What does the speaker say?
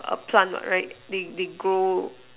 a plant what right they they grow